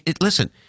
listen –